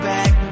Back